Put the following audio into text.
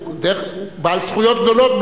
הוא בעל זכויות גדולות,